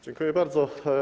Dziękuję bardzo.